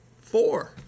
four